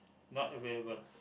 not available